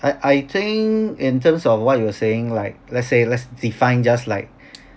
I I think in terms of what you were saying like lets say lets define just like